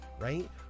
right